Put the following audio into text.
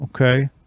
okay